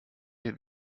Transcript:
wir